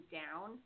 down